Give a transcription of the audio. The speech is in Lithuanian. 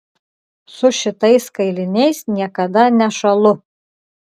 su šitais kailiniais niekada nešąlu